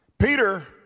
Peter